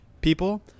people